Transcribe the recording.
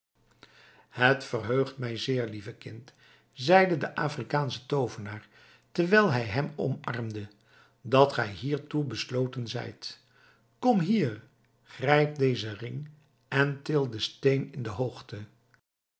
het verheugt mij zeer lieve kind zeide de afrikaansche toovenaar terwijl hij hem omarmde dat gij hiertoe besloten zijt kom hier grijp dezen ring en til den steen in de hoogte